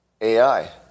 AI